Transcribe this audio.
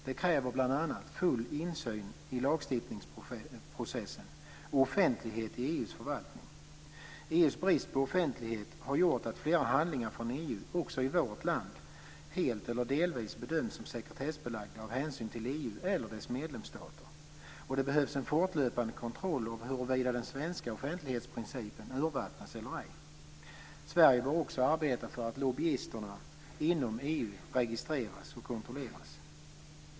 Det kräver bl.a. full insyn i lagstiftningsprocessen och offentlighet i EU:s förvaltning. EU:s brist på offentlighet har gjort att flera handlingar från EU också i vårt land helt eller delvis bedömts som sekretessbelagda av hänsyn till EU eller dess medlemsstater. Det behövs en fortlöpande kontroll av huruvida den svenska offentlighetsprincipen urvattnas eller ej. Sverige bör också arbeta för att lobbyisterna inom EU registreras och kontrolleras.